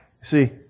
See